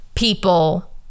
people